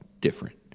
different